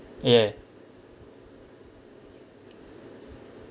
ya